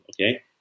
Okay